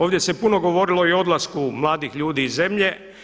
Ovdje se puno govorilo i o odlasku mladih ljudi iz zemlje.